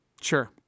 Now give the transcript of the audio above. sure